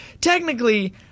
Technically